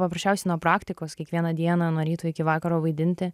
paprasčiausiai nuo praktikos kiekvieną dieną nuo ryto iki vakaro vaidinti